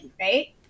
right